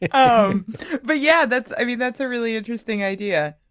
yeah oh but yeah that's i mean that's a really interesting idea.